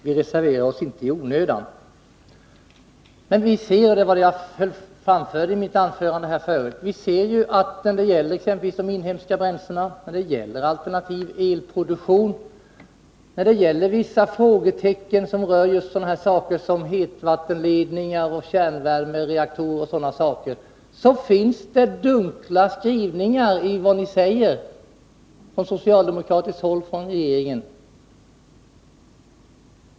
Vi reserverar oss inte i onödan, men som jag sade i mitt huvudanförande ser vi ju att när det gäller inhemska bränslen, när det gäller alternativ elproduktion, när det gäller vissa frågetecken som rör hetvattenledningar, fjärrvärmereaktorer och sådana saker finns det dunkla skrivningar från socialdemokratiskt håll och från regeringen.